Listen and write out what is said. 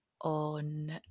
on